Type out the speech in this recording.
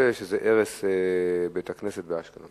כמו כן, הם מממשים תקציב מכמה מקורות תקציביים.